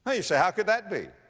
but you say, how could that be?